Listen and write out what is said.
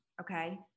okay